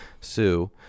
Sue